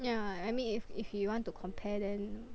yeah I mean if if you want to compare then